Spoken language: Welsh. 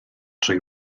trwy